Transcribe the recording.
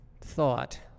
thought